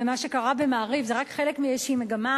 ומה שקרה ב"מעריב" זה רק חלק מאיזושהי מגמה,